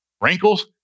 Wrinkles